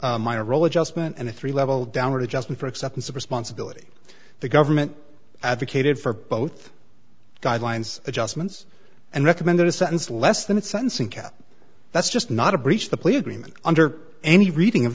my role adjustment and a three level downward adjustment for acceptance of responsibility the government advocated for both guidelines adjustments and recommended a sentence less than sensing cat that's just not a breach of the plea agreement under any reading of